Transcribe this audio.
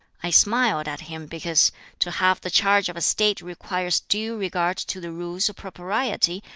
i smiled at him because to have the charge of a state requires due regard to the rules of propriety,